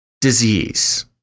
disease